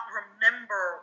remember